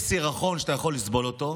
יש סירחון שאתה יכול לסבול אותו,